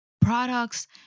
products